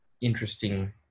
interesting